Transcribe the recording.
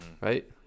right